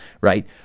right